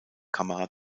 kamera